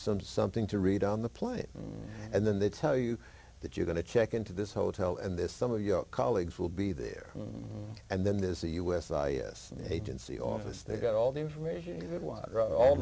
some something to read on the plane and then they tell you that you're going to check into this hotel and there's some of your colleagues will be there and then there's a u s i s agency office they've got all the information